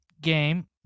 game